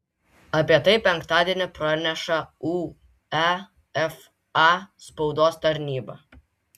apie tai penktadienį praneša uefa spaudos tarnyba